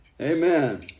Amen